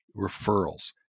referrals